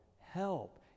help